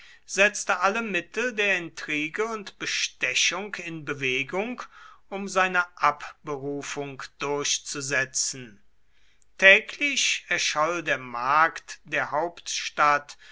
setzte alle mittel der intrige und bestechung in bewegung um seine abberufung durchzusetzen täglich erscholl der markt der hauptstadt